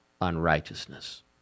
unrighteousness